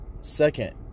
second